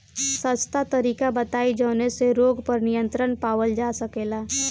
सस्ता तरीका बताई जवने से रोग पर नियंत्रण पावल जा सकेला?